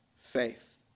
faith